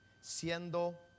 siendo